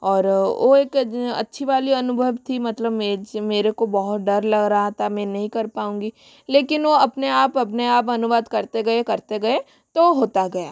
और वो एक अच्छी वाली अनुभव थी मतलब मैं मेरे को बहुत डर लग रहा था मैं नहीं कर पाऊँगी लेकिन वो अपने आप अपने आप अनुवाद करते गए करते गए तो वो होता गया